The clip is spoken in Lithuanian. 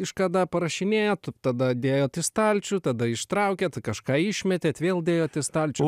kažkada parašinėjot tada dėjot į stalčių tada ištraukėt kažką išmetėt vėl dėjote į stalčių